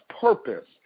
purpose